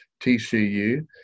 TCU